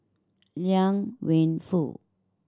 Liang Wenfu